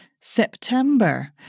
September